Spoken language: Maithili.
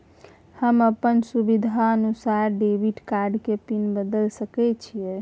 हम अपन सुविधानुसार डेबिट कार्ड के पिन बदल सके छि?